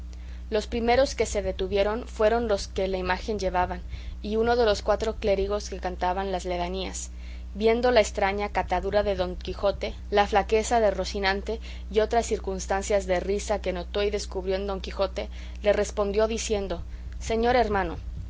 los primeros que se detuvieron fueron los que la imagen llevaban y uno de los cuatro clérigos que cantaban las ledanías viendo la estraña catadura de don quijote la flaqueza de rocinante y otras circunstancias de risa que notó y descubrió en don quijote le respondió diciendo señor hermano